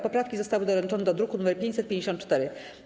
Poprawki zostały doręczone do druku nr 554.